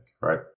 right